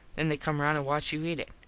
then they come round an watch you eat it.